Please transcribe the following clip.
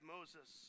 Moses